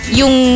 yung